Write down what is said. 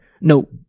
no